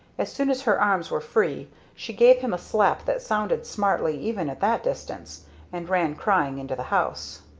as soon as her arms were free she gave him a slap that sounded smartly even at that distance and ran crying into the house.